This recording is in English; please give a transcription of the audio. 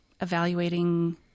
evaluating